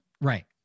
right